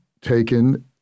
taken